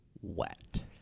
wet